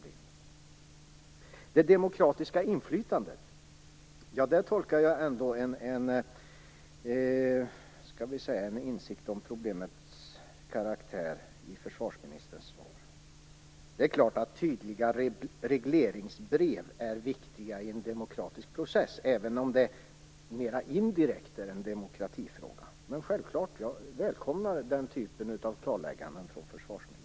I fråga om det demokratiska inflytandet tolkar jag försvarsministerns svar som en insikt om problemets karaktär. Det är klart att tydliga regleringsbrev är viktiga i en demokratisk process, även om det mer indirekt är en demokratifråga. Men självklart välkomnar jag den typen av klarlägganden från försvarsministern.